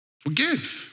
forgive